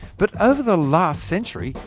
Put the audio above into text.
but over the last century,